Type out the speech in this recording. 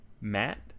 Matt